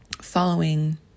following